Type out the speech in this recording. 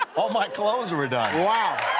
all my clothes were done! like